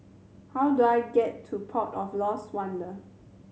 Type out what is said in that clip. how do I get to Port of Lost Wonder